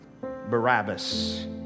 Barabbas